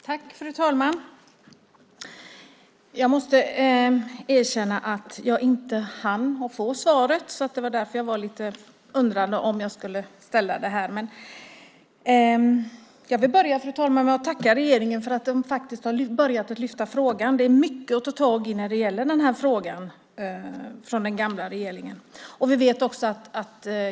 Fru talman! Jag vill börja med att tacka regeringen för att den har börjat lyfta fram frågan. Det finns mycket att ta tag i när det gäller denna fråga från den gamla regeringens tid.